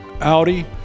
Audi